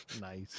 Nice